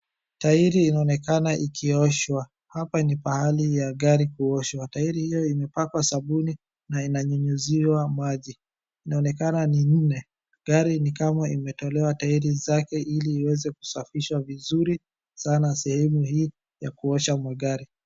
Tairi inaonekana ikioshwa. Hapa ni pahali ya gari kuoshwa. Tairi hio imepakwa sabuni na inanyunyuziwa maji. Inaonekana ni nne. Gari ni kama imetolewa tairi zake ili iweze kusafishwa vizuri sana sehemu hii ya kuosha magari.